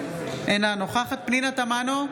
אינה נוכחת פנינה תמנו,